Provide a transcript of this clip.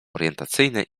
orientacyjny